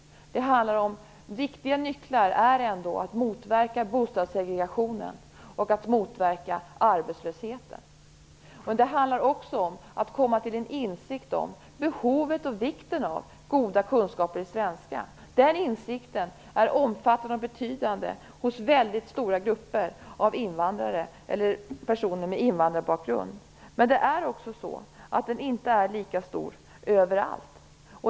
Det handlar om att viktiga nycklar är att motverka bostadssegregationen och arbetslösheten. Det handlar också om att komma till insikt om behovet och vikten av goda kunskaper i svenska. Den insikten är omfattande och betydande hos väldigt stora grupper av invandrare eller personer med invandrarbakgrund, men den är inte lika stor överallt.